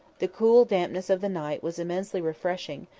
the cool dampness of the night was immensely refreshing,